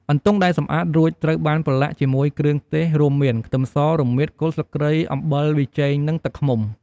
អន្ទង់ដែលសម្អាតរួច ត្រូវបានប្រឡាក់ជាមួយគ្រឿងទេសរួមមាន ខ្ទឹមស រមៀត គល់ស្លឹកគ្រៃ អំបិល ប៊ីចេង និងទឹកឃ្មុំ។